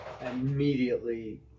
immediately